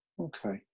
Okay